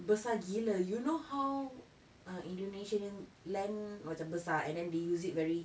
besar gila you know how uh indonesian land macam besar and then they use it very